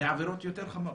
בעבירות יותר חמורות,